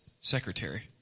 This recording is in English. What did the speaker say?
secretary